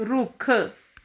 ਰੁੱਖ